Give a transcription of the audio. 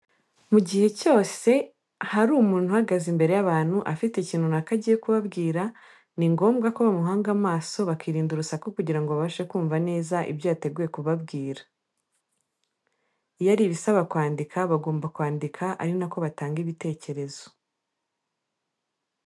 Mu gihe cyose, hari umuntu uhagaze imbere y'abantu afite ikintu runaka agiye kubabwira, ni ngombwa ko bamuhanga amaso bakirinda urusaku kugira ngo babashe kumva neza ibyo yateguye kubabwira. Iyo ari ibisaba kwandika bagomba kwandika ari na ko batanga ibitekerezo.